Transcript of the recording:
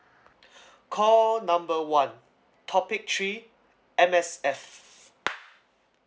call number one topic three M_S_F